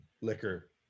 liquor